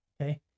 okay